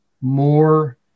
more